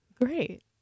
Great